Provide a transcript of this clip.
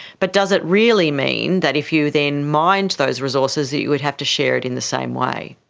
but does it really mean that if you then mined those resources that you would have to share it in the same way?